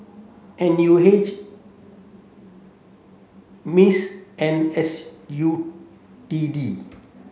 N U H MICE and S U T D